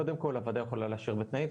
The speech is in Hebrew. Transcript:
קודם כל הוועדה יכולה לאשר בתנאים,